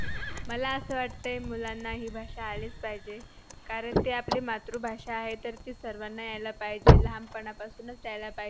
मला असं वाटतं आहे मुलांना ही भाषा आलीच पाहिजे कारण ते आपली मातृभाषा आहे तर ती सर्वांना यायला पाहिजे लहानपणापासूनच यायला पाहिजे